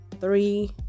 three